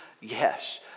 Yes